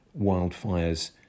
wildfires